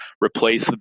replace